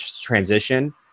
transition